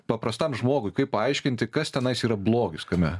paprastam žmogui kaip paaiškinti kas tenais yra blogis kame